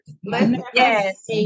Yes